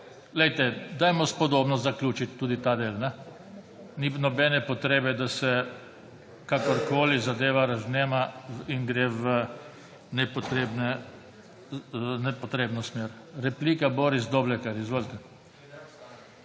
Dajmo spodobno zaključiti tudi ta del. Ni nobene potrebe, da se kakorkoli zadeva razvnema in gre v nepotrebno smer. Replika, gospod Doblekar. Izvolite.